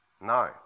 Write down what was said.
No